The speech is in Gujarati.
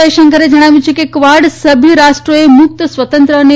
જયશંકરે જણાવ્યું છે કે કવાડ સભ્ય રાષ્ટ્રોએ મુકત સ્વતંત્ર અને